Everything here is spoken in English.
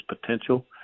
potential